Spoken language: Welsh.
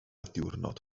diwrnod